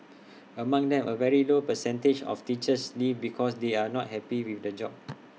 among them A very low percentage of teachers leave because they are not happy with the job